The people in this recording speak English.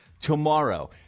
tomorrow